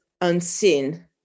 unseen